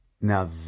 Now